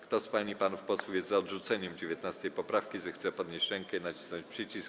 Kto z pań i panów posłów jest za odrzuceniem 19. poprawki, zechce podnieść rękę i nacisnąć przycisk.